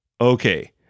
Okay